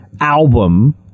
album